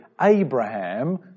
Abraham